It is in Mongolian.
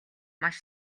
маш